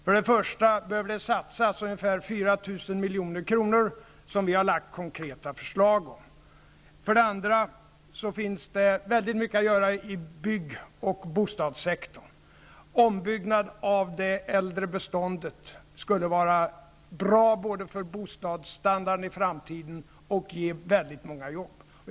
För det första behöver det satsas ungefär 4 000 milj.kr. som vi har har lagt fram konkreta förslag om. För det andra finns det väldigt mycket att göra inom bygg och bostadssektorn. Ombyggande av det äldre bostadsbeståndet skulle både vara bra för den framtida bostadsstandarden och ge väldigt många jobb.